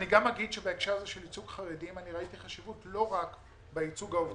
בהקשר של חרדים ראיתי חשיבות לא רק בייצוג עובדים,